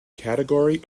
category